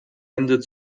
ende